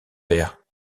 père